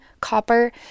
copper